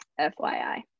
fyi